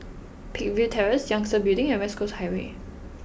Peakville Terrace Yangtze Building and West Coast Highway